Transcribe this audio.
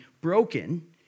broken